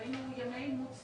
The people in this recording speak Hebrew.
ראינו ימי אימוץ